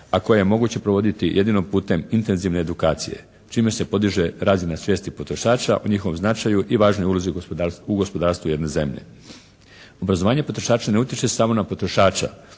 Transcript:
a koje je moguće provoditi jedino putem intenzivne edukacije čime se podiže razina svijesti potrošača u njihovom značaju i važnoj ulozi u gospodarstvu jedne zemlje. Obrazovanje potrošača ne utječe samo na potrošača